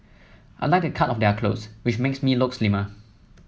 I like the cut of their clothes which makes me look slimmer